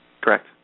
Correct